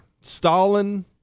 Stalin